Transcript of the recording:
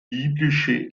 biblische